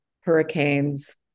hurricanes